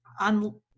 on